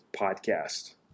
Podcast